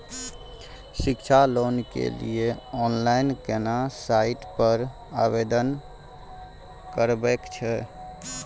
शिक्षा लोन के लिए ऑनलाइन केना साइट पर आवेदन करबैक छै?